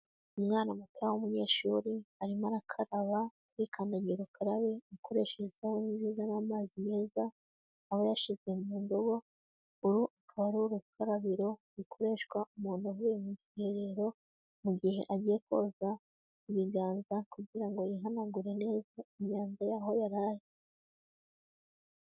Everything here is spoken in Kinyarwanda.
Umwana mutoya w'umunyeshuri arimo arakaraba kuri kandagira ukarabe akoreshe isabune nziza n'amazi meza aba yashyize mu ndobo, uru akaba ari urukarabiro rukoreshwa umuntu avuye mu bwiherero, mu mugihe agiye koza ibiganza kugira ngo yihanagure neza imyanda yaho yari ari.